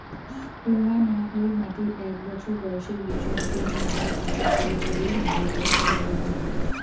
লোহা না হই মাটি এ্যাক বছর বয়সের বিচোন তিন মিটার ফাকে খাল করি নাগাইলে গুয়ার বাগান হই